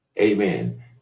Amen